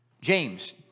James